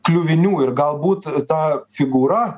kliuvinių ir galbūt ta figūra